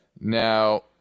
Now